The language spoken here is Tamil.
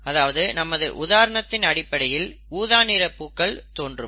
அதாவது நமது உதாரணத்தின் அடிப்படையில் ஊதா நிறப் பூக்கள் தோன்றும்